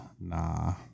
nah